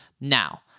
now